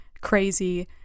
crazy